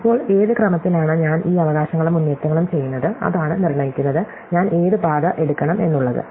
ഇപ്പോൾ ഏത് ക്രമത്തിലാണ് ഞാൻ ഈ അവകാശങ്ങളും മുന്നേറ്റങ്ങളും ചെയ്യുന്നത് അതാണ് നിർണ്ണയിക്കുന്നത് ഞാൻ ഏത് പാത എടുക്കണം എന്നുള്ളത്